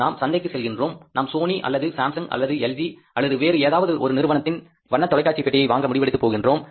நாம் சந்தைக்கு செல்கின்றோம் நாம் சோனி அல்லது சாம்சங் அல்லது எல்ஜி அல்லது வேறு ஏதாவது ஒரு நிறுவனத்தில் வண்ணத் தொலைக்காட்சிப் பெட்டியை வாங்க முடிவெடுத்து போகின்றோம்